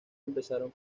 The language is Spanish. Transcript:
empezaron